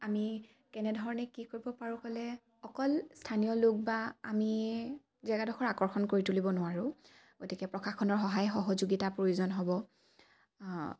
আমি কেনেধৰণে কি কৰিব পাৰোঁ ক'লে অকল স্থানীয় লোক বা আমিয়ে জেগাডোখৰ আকৰ্ষণ কৰি তুলিব নোৱাৰোঁ গতিকে প্ৰশাসনৰ সহায় সহযোগিতা প্ৰয়োজন হ'ব